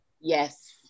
yes